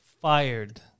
fired